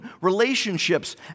relationships